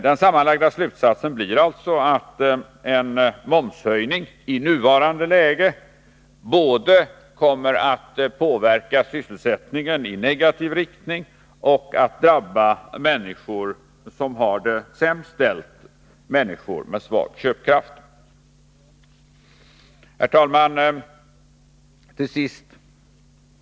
Den sammanlagda slutsatsen blir alltså att en momshöjning i nuvarande läge kommer att både påverka sysselsättningen i negativ riktning och drabba de människor som har det sämst ställt, människor med svag köpkraft. Herr talman!